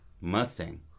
Mustang